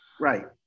right